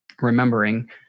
remembering